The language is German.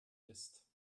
ist